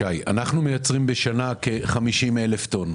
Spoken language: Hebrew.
מייצרים בשנה כ-50,000 טון.